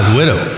widow